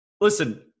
listen